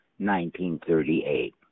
1938